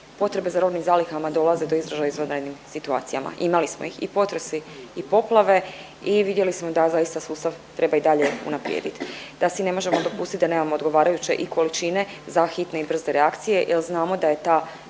potrebe za robnim zalihama dolaze do izražaja u izvanrednim situacijama. Imali smo ih i potresi i poplave i vidjeli smo da zaista sustav treba i dalje unaprijediti, da si ne možemo dopustiti da nemamo odgovarajuće i količine za hitne i brze reakcije jel znamo da je ta hitna